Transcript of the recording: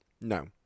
No